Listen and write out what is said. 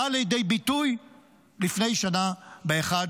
בא לידי ביטוי לפני שנה, ב-1